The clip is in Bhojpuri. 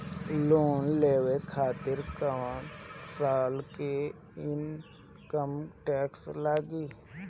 लोन लेवे खातिर कै साल के इनकम टैक्स लागी?